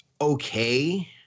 okay